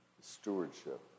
stewardship